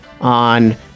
on